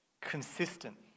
consistent